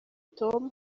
tom